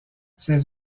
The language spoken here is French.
ces